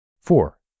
Four